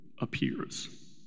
appears